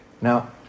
Now